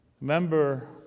Remember